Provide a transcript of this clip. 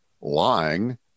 lying